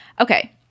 Okay